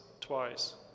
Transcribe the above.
twice